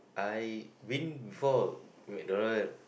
I been before McDonald